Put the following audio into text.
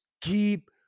keep